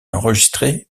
enregistrés